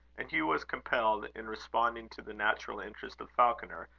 and hugh was compelled, in responding to the natural interest of falconer,